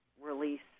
release